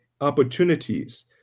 opportunities